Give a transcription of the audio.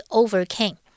overcame